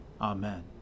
Amen